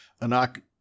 Anak